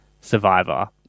Survivor